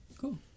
Cool